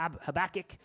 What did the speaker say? Habakkuk